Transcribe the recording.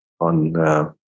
on